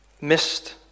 missed